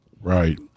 right